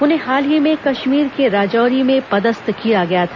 उन्हें हाल ही में कश्मीर के राजौरी में पदस्थ किया गया था